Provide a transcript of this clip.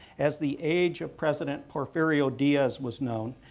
as the age of president porfirio diaz was known,